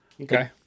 Okay